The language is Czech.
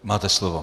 Máte slovo.